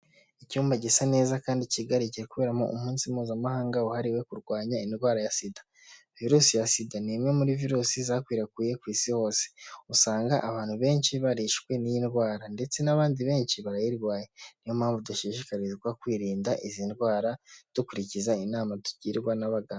Icyumba gisa neza kandi kigari kigiye kuberamo umunsi mpuzamahanga wahariwe kurwanya indwara ya sida. Virusi ya sida ni imwe muri virusi zakwirakwiye ku isi hose usanga abantu benshi barishwe n'iyi ndwara ndetse n'abandi benshi barayirwaye, niyo mpamvu dushishikarizwa kwirinda izi ndwara dukurikiza inama tugirwa n'abaganga.